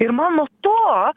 ir man nuo to